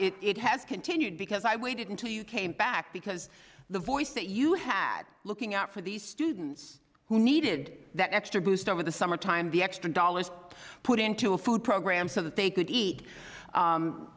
it has continued because i waited until you came back because the voice that you had looking out for these students who needed that extra boost over the summertime the extra dollars put into a food program so that they could eat